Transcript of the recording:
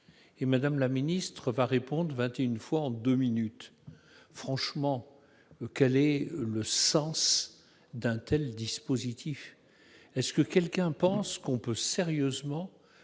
répondant vingt et une fois en deux minutes ! Franchement, quel est le sens d'un tel dispositif ? Est-ce que quelqu'un pense qu'on peut sérieusement